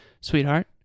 sweetheart